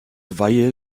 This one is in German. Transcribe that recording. weihe